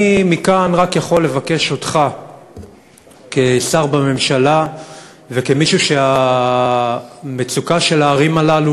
מכאן אני יכול רק לבקש ממך כשר בממשלה וכמי שהמצוקה של הערים הללו